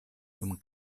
dum